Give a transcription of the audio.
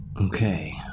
Okay